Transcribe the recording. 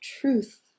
Truth